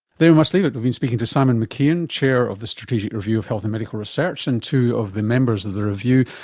there we must leave it. we've been speaking to simon mckeon, chair of the strategic review of health and medical research, and two of the members of the review,